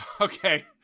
okay